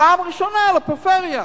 פעם ראשונה לפריפריה.